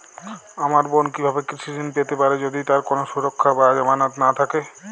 আমার বোন কীভাবে কৃষি ঋণ পেতে পারে যদি তার কোনো সুরক্ষা বা জামানত না থাকে?